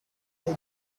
new